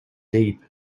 deep